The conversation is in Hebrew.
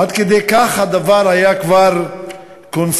עד כדי כך הדבר היה כבר קונסנזוס,